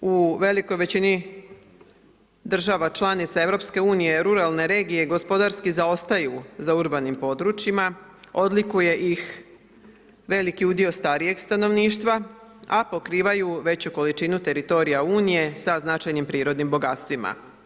U velikoj većini država članica EU-a ruralne regije gospodarski zaostaju za urbanim područjima, odlikuje ih veliki udio starijeg stanovništva a pokrivaju veću količinu teritorija Unije sa značajnim prirodnim bogatstvima.